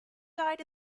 died